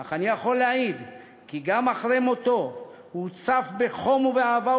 אך אני יכול להעיד כי גם אחרי מותו הוא הוצף בחום ובאהבה,